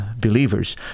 believers